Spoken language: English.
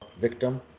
victim